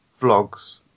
Vlogs